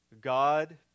God